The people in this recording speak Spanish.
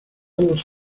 los